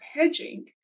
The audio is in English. hedging